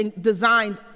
designed